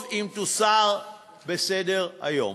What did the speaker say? טוב אם תוסר מסדר-יום.